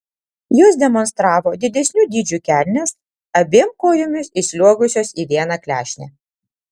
jos demonstravo didesnių dydžių kelnes abiem kojomis įsliuogusios į vieną klešnę